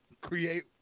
create